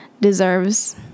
deserves